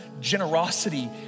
generosity